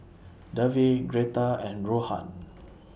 Davey Gretta and Rohan